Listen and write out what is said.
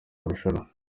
marushanwa